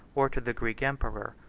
or to the greek emperor.